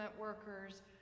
workers